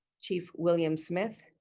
chief william smith,